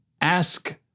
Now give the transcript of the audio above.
ask